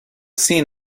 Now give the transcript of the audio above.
seen